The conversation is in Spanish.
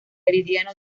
meridiano